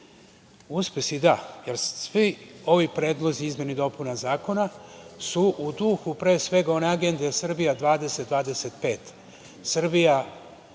Uspesi, da, jer svi ovi predlozi izmene i dopune zakona su u duhu pre svega one agende „Srbija 20/25“.